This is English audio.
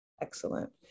Excellent